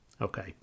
okay